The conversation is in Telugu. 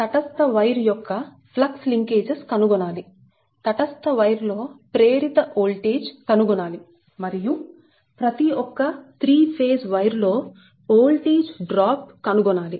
తటస్థ వైర్ యొక్క ఫ్లక్స్ లింకేజెస్ కనుగొనాలి తటస్థ వైర్ లో ప్రేరిత ఓల్టేజ్ కనుగొనాలి మరియు ప్రతి ఒక్క 3 ఫేజ్ వైర్ లో ఓల్టేజ్ డ్రాప్ కనుగొనాలి